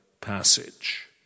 passage